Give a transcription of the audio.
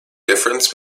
difference